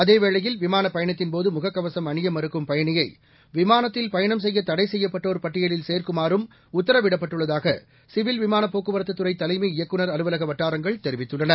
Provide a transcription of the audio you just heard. அதேவேளையில் விமாள பயணத்தின்போது முகக்கவசம் அணிய மறுக்கும் பயணியை விமானத்தில் பயணம் செய்ய தடை செய்யப்பட்டோர் பட்டியலில் சேர்க்குமாறும் உத்தரவிடப்பட்டுள்ளதாக சிவில் விமான போக்குவரத்து துறை தலைமை இயக்குநர் அலுவலக வட்டாரங்கள் தெரிவித்துள்ளன